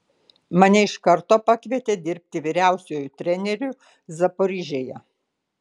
mane iš karto pakvietė dirbti vyriausiuoju treneriu zaporižėje